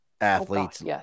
athletes